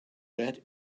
bet